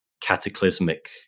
cataclysmic